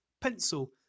pencil